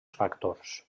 factors